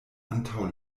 antaŭ